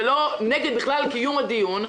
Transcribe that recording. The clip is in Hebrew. ולא נגד בכלל קיום הדיון.